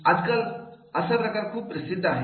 आज काल असा प्रकार खूप प्रसिद्ध आहे